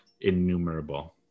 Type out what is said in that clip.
innumerable